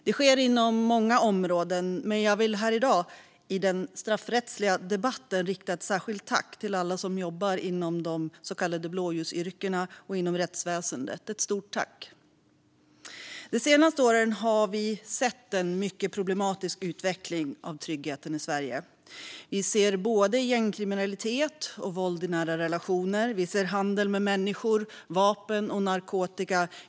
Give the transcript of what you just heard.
Det sker inom många områden, men jag vill här i dag i den straffrättsliga debatten rikta ett särskilt tack till alla som jobbar inom de så kallade blåljusyrkena och inom rättsväsendet. Ett stort tack till er! De senaste åren har vi sett en mycket problematisk utveckling för tryggheten i Sverige. Vi ser både gängkriminalitet och våld i nära relationer. Vi ser handel med människor, vapen och narkotika.